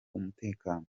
umutekano